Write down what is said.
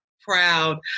proud